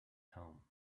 home